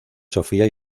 sofía